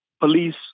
police